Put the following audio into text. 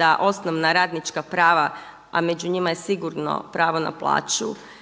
da osnovna radnička prava, a među njima je sigurno pravo na plaću,